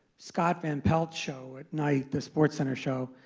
scott van pelt's show at night, the sportscenter show,